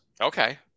Okay